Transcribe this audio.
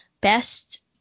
best